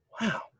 Wow